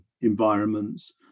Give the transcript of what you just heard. environments